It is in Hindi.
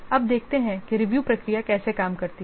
अब देखते हैं कि रिव्यू प्रक्रिया कैसे काम करती है